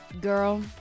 girl